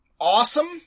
Awesome